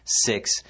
six